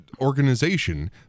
organization